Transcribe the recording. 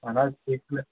اہن حظ ٹھیٖک